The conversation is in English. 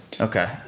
Okay